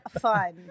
fun